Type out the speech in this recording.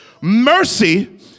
Mercy